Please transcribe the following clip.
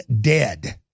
dead